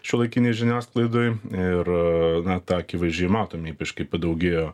šiuolaikinėj žiniasklaidoj ir na tą akivaizdžiai matom ypač kai padaugėjo